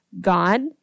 God